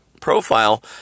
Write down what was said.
profile